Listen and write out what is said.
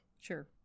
sure